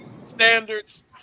standards